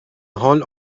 حال